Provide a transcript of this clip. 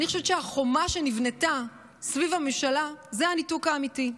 אני חושבת שהחומה שנבנתה סביב הממשלה זה הניתוק האמיתי.